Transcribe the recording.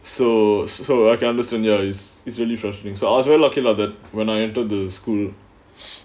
so she will like I understand ya it's it's really frustrating so ask we're lucky lah the when I entered the school